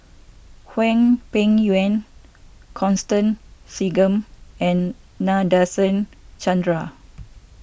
Hwang Peng Yuan Constance Singam and Nadasen Chandra